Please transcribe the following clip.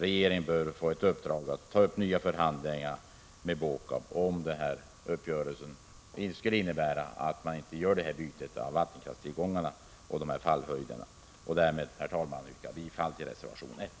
Regeringen bör därför få i uppdrag att ta upp nya förhandlingar med BÅKAB om denna uppgörelse, syftande till att bytet av vattenkraftillgångarna och fallhöjderna inte kommer till stånd. Därmed, herr talman, yrkar jag bifall till reservation 1.